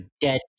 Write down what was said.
dead